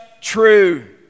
true